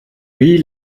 wie